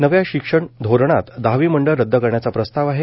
नव्या शिक्षण धोरणात दहावी मंडळ रद्द करण्याचा प्रस्ताव आहे